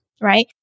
right